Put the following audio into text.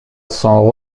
son